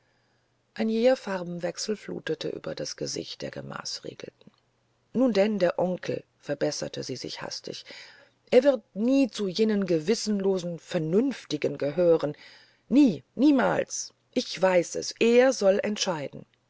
ein jäher farbenwechsel flutete über das gesicht der gemaßregelten nun denn der onkel verbesserte sie sich hastig er wird nie zu jenen gewissenlosen vernünftigen gehören nie niemals ich weiß es er soll entscheiden